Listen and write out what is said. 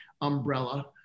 umbrella